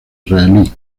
israelí